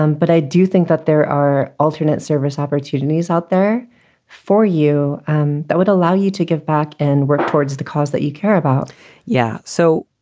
um but i do think that there are alternate service opportunities out there for you um that would allow you to give back and work towards the cause that you care about yeah. so,